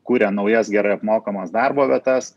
kuria naujas gerai apmokamas darbo vietas